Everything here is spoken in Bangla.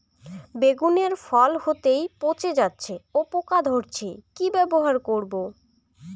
বেগুনের ফল হতেই পচে যাচ্ছে ও পোকা ধরছে কি ব্যবহার করব?